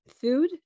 food